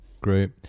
Great